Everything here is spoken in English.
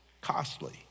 costly